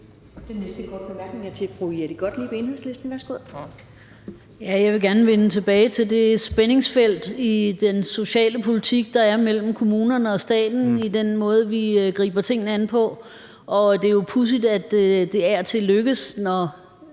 Jeg vil gerne vende tilbage til det spændingsfelt i den sociale politik, der er mellem kommunerne og staten i den måde, vi griber tingene an på. Det er jo pudsigt, at det af og til lykkes, når